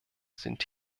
sind